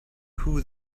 who